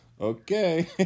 Okay